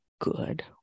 Good